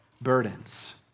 burdens